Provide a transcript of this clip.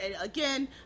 again